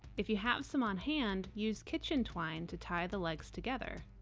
if you have some on hand, use kitchen twine to tie the legs together.